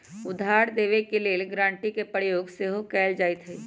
उधार देबऐ के लेल गराँटी के प्रयोग सेहो कएल जाइत हइ